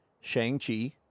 Shang-Chi